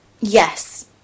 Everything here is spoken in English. Yes